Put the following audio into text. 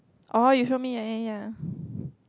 oh you feel me ya ya ya